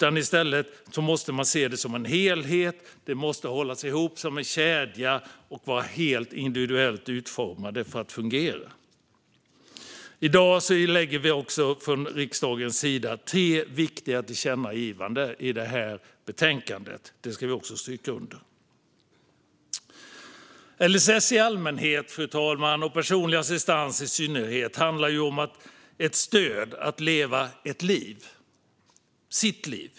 I stället måste de ses som en helhet, hållas ihop som en kedja och vara individuellt utformade för att fungera. I betänkandet läggs också tre viktiga förslag till tillkännagivanden fram. Fru talman! LSS i allmänhet och personlig assistans i synnerhet handlar om att få stöd att kunna leva ett liv, sitt liv.